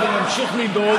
נדאג ונמשיך לדאוג,